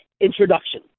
introduction